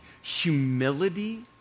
humility